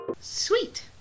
Sweet